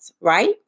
right